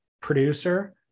producer